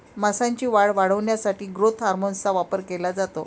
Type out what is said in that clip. मांसाची वाढ वाढवण्यासाठी ग्रोथ हार्मोनचा वापर केला जातो